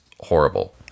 horrible